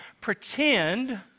pretend